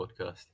podcast